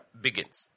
begins